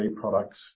products